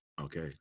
Okay